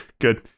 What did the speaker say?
good